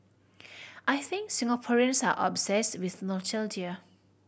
I think Singaporeans are obsessed with nostalgia